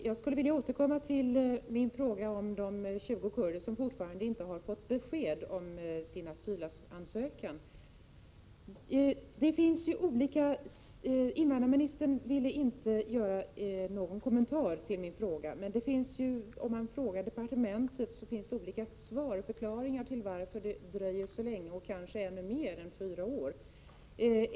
Prot. 1987/88:125 Herr talman! Jag skulle vilja återkomma till min fråga om de 20 kurdersom 24 maj 1988 fortfarande inte har fått besked om sina asylansökningar. Invandrarministern ville inte göra någon kommentar. Onislopande av kom Om man frågar departementet får man olika förklaringar till att det dröjer Rear enligt så länge, kanske ännu längre än fyra år.